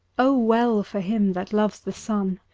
owell for him that loves the sun,